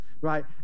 right